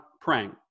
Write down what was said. praying